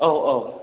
औ औ